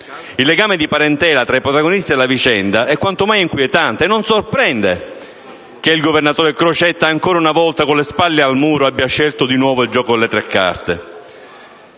Il legame di parentela tra i protagonisti della vicenda è quanto mai inquietante e non sorprende che il governatore Crocetta, ancora una volta con le spalle al muro, abbia scelto di nuovo il gioco delle tre carte.